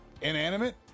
Inanimate